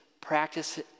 practice